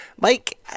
Mike –